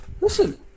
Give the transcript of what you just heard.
Listen